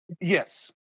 Yes